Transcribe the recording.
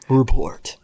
report